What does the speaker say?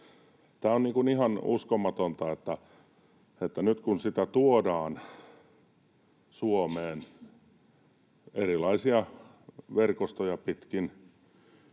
Tämä on ihan uskomatonta, että nyt kun sitä tuodaan Suomeen erilaisia verkostoja pitkin,